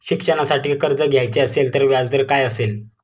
शिक्षणासाठी कर्ज घ्यायचे असेल तर व्याजदर काय असेल?